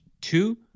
Two